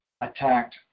attacked